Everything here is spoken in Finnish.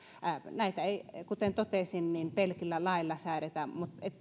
näitä ei kuten totesin pelkillä laeilla säädetä